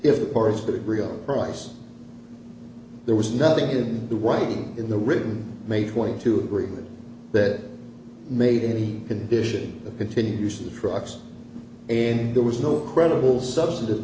if the part of the real price there was nothing in the white in the written made twenty two agreement that made any condition the continued use of the trucks and there was no credible substantive